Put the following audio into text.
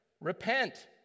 repent